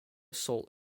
salt